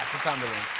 it's it's humbling.